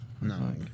No